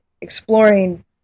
exploring